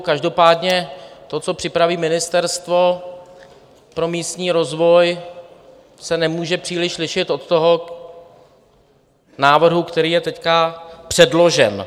Každopádně to, co připraví Ministerstvo pro místní rozvoj, se nemůže příliš lišit od toho návrhu, který je teď předložen.